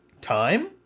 Time